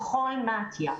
בכל מתי"א,